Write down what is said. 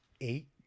eight